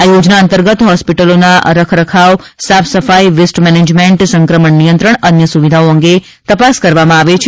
આ યોજના અંતર્ગત હોસ્પીટલોના રખ રખાવ સાફ સફાઈ વેસ્ટ મેનેજમેન્ટસંક્રમણ નિયંત્રણઅન્ય સુવિધાઓ અંગે તપાસ કરવામાં આવે છે